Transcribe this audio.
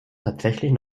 tatsächlich